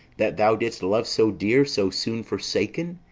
that thou didst love so dear, so soon forsaken?